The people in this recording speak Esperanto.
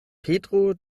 petro